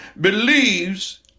believes